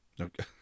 Okay